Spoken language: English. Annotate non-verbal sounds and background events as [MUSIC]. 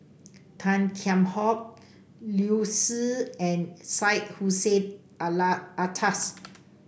Tan Kheam Hock Liu Si and Syed Hussein [UNINTELLIGIBLE] Alatas